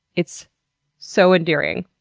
it's so endearing.